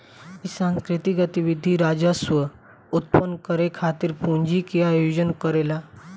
इ सांस्कृतिक गतिविधि राजस्व उत्पन्न करे खातिर पूंजी के आयोजन करेला